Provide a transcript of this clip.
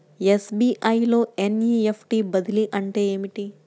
SBI లో NEFT బదిలీ అంటే ఏమిటి?